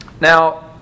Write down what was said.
Now